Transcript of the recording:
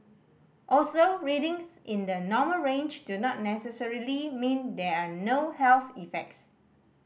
also readings in the normal range do not necessarily mean there are no health effects